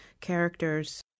characters